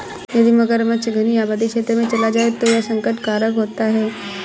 यदि मगरमच्छ घनी आबादी क्षेत्र में चला जाए तो यह संकट कारक होता है